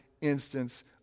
instance